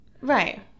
Right